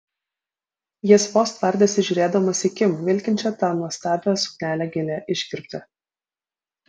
jis vos tvardėsi žiūrėdamas į kim vilkinčią tą nuostabią suknelę gilia iškirpte